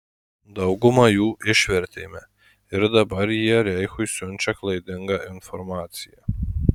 daugumą jų išvertėme ir dabar jie reichui siunčia klaidingą informaciją